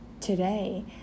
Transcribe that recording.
today